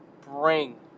bring